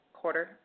quarter